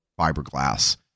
fiberglass